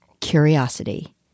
curiosity